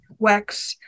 WEX